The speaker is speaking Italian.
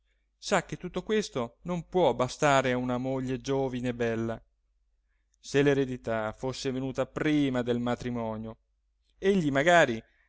sa che tutto questo non può bastare a una moglie giovine e bella se l'eredità fosse venuta prima del matrimonio egli magari